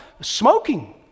smoking